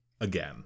again